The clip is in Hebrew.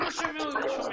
אנחנו שומעים אותך.